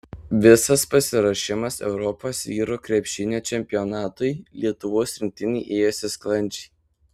visas pasiruošimas europos vyrų krepšinio čempionatui lietuvos rinktinei ėjosi sklandžiai